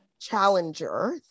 Challenger